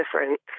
different